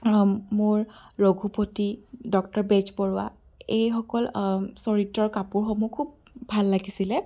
মোৰ ৰঘূপতি ডঃ বেজবৰুৱা এইসকল চৰিত্ৰৰ কাপোৰসমূহ খুব ভাল লাগিছিলে